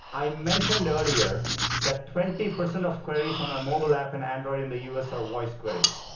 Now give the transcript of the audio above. i mentioned earlier that twenty percent of queries on our mobile app in android in the u s. are voice queries.